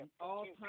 all-time